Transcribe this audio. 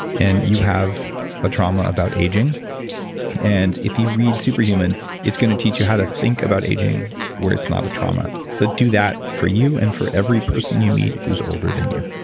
and you have a trauma about aging and if you read super human it's going to teach you how to think about aging where it's not a trauma. so do that for you and for every person you meet who's older than you